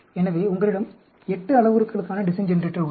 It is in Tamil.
எனவே உங்களிடம் 8 அளவுருக்களுக்கான டிசைன் ஜெனரேட்டர் உள்ளது